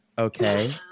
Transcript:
Okay